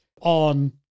on